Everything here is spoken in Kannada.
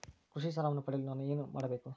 ಕೃಷಿ ಸಾಲವನ್ನು ಪಡೆಯಲು ನಾನು ಏನು ಮಾಡಬೇಕು?